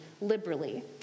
liberally